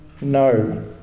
no